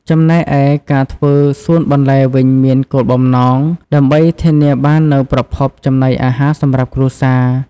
ចំណែកឯការធ្វើសួនបន្លែវិញមានគោលបំណងដើម្បីធានាបាននូវប្រភពចំណីអាហារសម្រាប់គ្រួសារ។